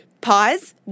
pause